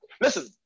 Listen